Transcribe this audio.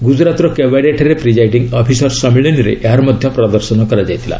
ଗୁଜରାତର କେବାଡ଼ିଆଠାରେ presiding officers ସମ୍ମିଳନୀରେ ଏହାର ମଧ୍ୟ ପ୍ରଦର୍ଶନ ହୋଇଥିଲା